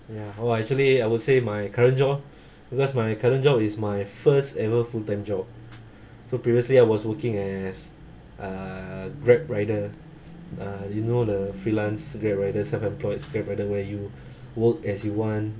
oh actually I would say my current job because my current job is my first ever full time job so previously I was working as uh grab rider uh you know the freelance grab rider self employed grab rider where you work as you want